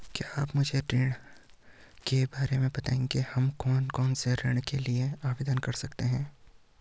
क्या आप मुझे ऋण के बारे में बताएँगे हम कौन कौनसे ऋण के लिए आवेदन कर सकते हैं?